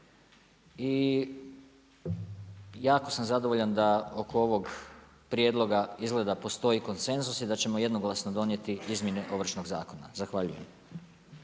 I jako sam zadovoljan da oko ovog prijedloga izgleda postoji konsenzus i da ćemo jednoglasno donijeti izmjene Ovršnog zakona. Zahvaljujem.